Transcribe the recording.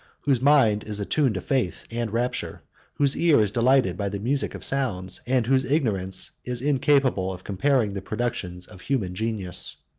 whose mind is attuned to faith and rapture whose ear is delighted by the music of sounds and whose ignorance is incapable of comparing the productions of human genius.